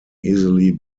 easily